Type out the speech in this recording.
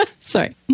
Sorry